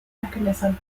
mechanism